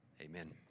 Amen